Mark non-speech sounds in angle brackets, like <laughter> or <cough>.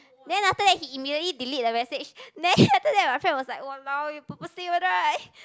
then after that he immediately delete the message then <breath> after that my friend was like !walao! you purposely one right